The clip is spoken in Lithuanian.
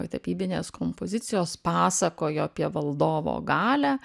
tapybinės kompozicijos pasakojo apie valdovo galią